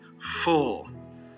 full